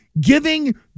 giving